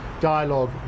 dialogue